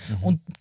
und